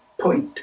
point